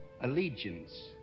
Allegiance